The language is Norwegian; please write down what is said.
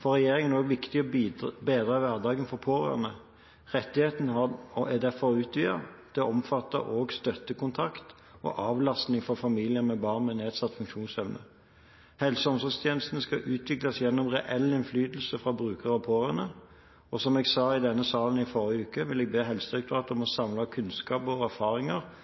For regjeringen er det også viktig å bedre hverdagen for de pårørende. Rettigheten er derfor utvidet til å omfatte også støttekontakt og avlastning for familier med barn med nedsatt funksjonsevne. Helse- og omsorgstjenestene skal utvikles gjennom reell innflytelse fra brukere og pårørende. Som jeg sa i denne salen i forrige uke, vil jeg be Helsedirektoratet om å samle kunnskap og erfaringer